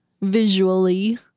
visually